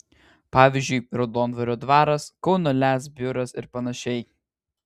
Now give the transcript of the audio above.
pavyzdžiui raudondvario dvaras kauno lez biuras ir panašiai